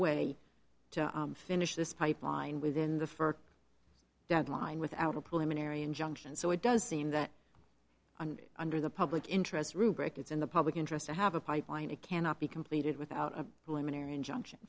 way to finish this pipeline within the for that line without a preliminary injunction so it does seem that under the public interest rubric it's in the public interest to have a pipeline it cannot be completed without a luminary injunction